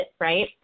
right